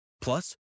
Plus